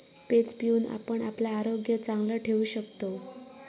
page पिऊन आपण आपला आरोग्य चांगला ठेवू शकतव